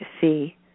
see